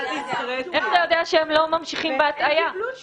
איך אתה יודע שהם לא ממשיכים בהטעיה?